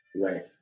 Right